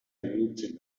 bihurtzen